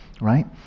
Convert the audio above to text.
right